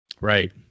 Right